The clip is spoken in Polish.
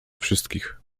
wszystkich